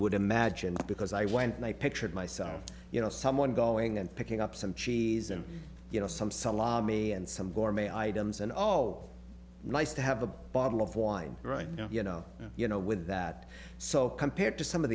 would imagine because i went and i pictured myself you know someone going and picking up some cheese and you know some salami and some gore may items and oh nice to have a bottle of wine right now you know you know with that so compared to some of